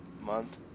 month